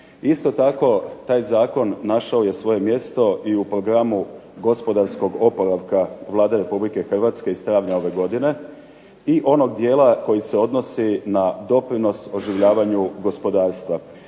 Isto tako taj zakon našao je svoje mjesto i u programu gospodarskog oporavka Vlade RH iz travnja ove godine i onog dijela koji se odnosi na doprinos oživljavanju gospodarstva.